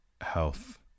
health